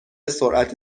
سرعت